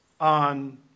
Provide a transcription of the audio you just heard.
on